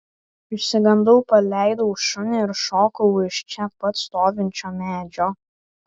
išsigandau paleidau šunį ir šokau už čia pat stovinčio medžio